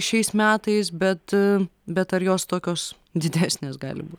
šiais metais bet bet ar jos tokios didesnės gali būt